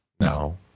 no